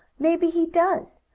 maybe he does.